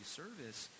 service